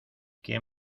quien